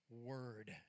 Word